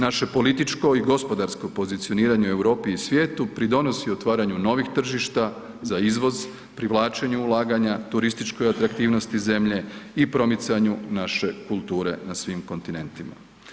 Naše političko i gospodarsko pozicioniranje u Europi i svijetu pridonosi otvaranju novih tržišta za izvoz, privlačenju ulaganja, turističkoj atraktivnosti zemlje i promicanju naše kulture na svim kontinentima.